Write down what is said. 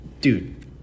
dude